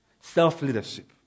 self-leadership